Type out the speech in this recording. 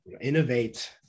innovate